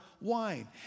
wine